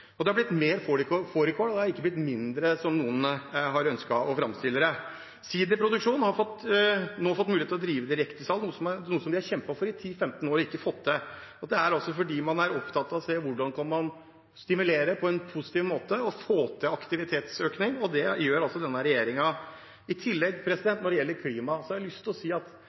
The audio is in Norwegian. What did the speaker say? Det er blitt mer fårikål, ikke mindre, som noen har ønsket å framstille det som. Siderprodusenter har nå fått mulighet til å drive direktesalg, noe de har kjempet for i 10–15 år og ikke fått til. Det er fordi man er opptatt av å se hvordan man kan stimulere på en positiv måte for å få til en aktivitetsøkning. Det gjør denne regjeringen. Når det gjelder klima, har jeg lyst til å si at